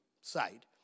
side